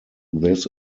this